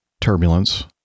turbulence